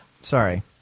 Sorry